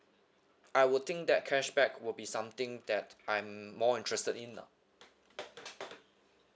I would think that cashback will be something that I'm more interested in lah